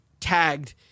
tagged